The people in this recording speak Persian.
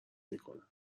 میکنم